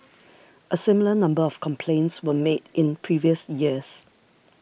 a similar number of complaints were made in previous years